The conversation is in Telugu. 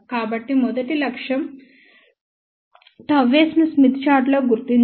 కాబట్టి మొదటి లక్ష్యం ΓS ను స్మిత్ చార్టులో గుర్తించడం